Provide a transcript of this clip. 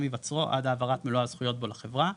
היווצרו עד העברת מלוא הזכויות בו לחברה,